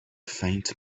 faint